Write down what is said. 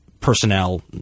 personnel